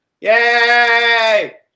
Yay